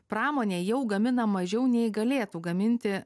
pramonė jau gamina mažiau nei galėtų gaminti